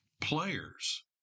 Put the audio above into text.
players